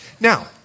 Now